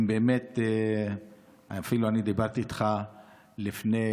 אפילו דיברתי איתך לפני,